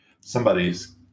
Somebody's